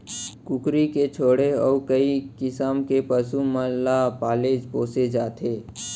कुकरी के छोड़े अउ कई किसम के पसु मन ल पाले पोसे जाथे